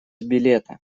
билета